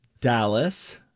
Dallas